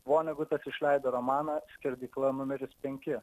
vonegutas išleido romaną skerdykla numeris penki